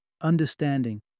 understanding